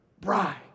bride